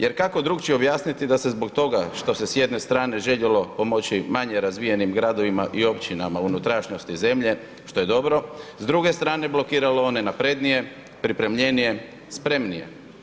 Jer kako drukčije objasniti da se zbog toga što se s jedne strane željelo pomoći manje razvijenim gradovima i općinama u unutrašnjosti zemlje, što je dobro, s druge strane blokiralo one naprednije, pripremljenije, spremnije.